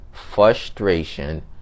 frustration